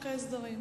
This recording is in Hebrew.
התקציב?